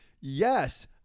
yes